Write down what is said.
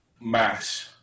mass